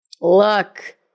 look